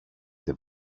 det